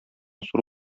зур